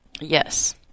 Yes